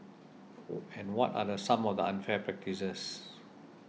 and what are some of the unfair practices